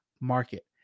market